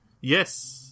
yes